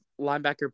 linebacker